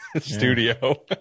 studio